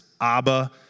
Abba